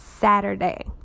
Saturday